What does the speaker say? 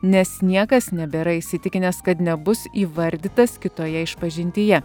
nes niekas nebėra įsitikinęs kad nebus įvardytas kitoje išpažintyje